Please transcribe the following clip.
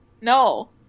No